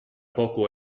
poco